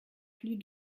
plus